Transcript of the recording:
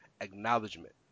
acknowledgement